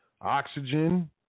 Oxygen